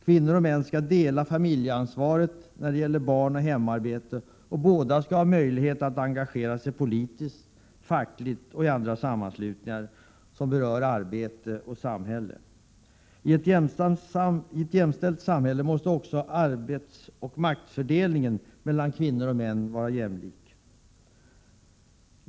Kvinnor och män skall dela familjeansvaret när det gäller barn och hemarbete, och båda skall ha möjlighet att engagera sig politiskt, fackligt och i andra sammanslutningar som berör arbete och samhälle. I ett jämställt samhälle måste också arbetsoch maktfördelningen mellan kvinnor och män vara jämlik.